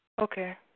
Okay